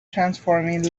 transforming